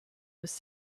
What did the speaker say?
was